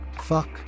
Fuck